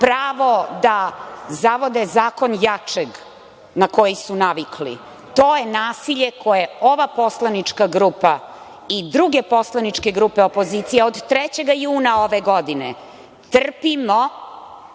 pravo da zavode zakon jačeg, na koji su navikli. To je nasilje koje ova poslanička grupa i druge poslaničke grupe opozicije od 3. juna ove godine trpimo